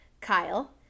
Kyle